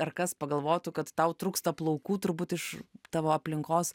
ar kas pagalvotų kad tau trūksta plaukų turbūt iš tavo aplinkos